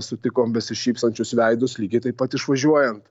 sutikom besišypsančius veidus lygiai taip pat išvažiuojant